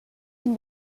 can